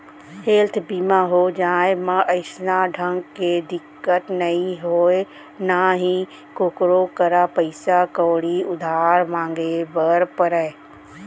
health बीमा हो जाए म अइसन ढंग के दिक्कत नइ होय ना ही कोकरो करा पइसा कउड़ी उधार मांगे बर परय